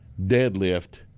deadlift